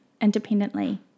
independently